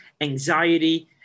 anxiety